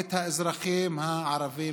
את האזרחים הערבים